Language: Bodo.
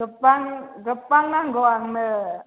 गोबां गोबां नांगौ आंनो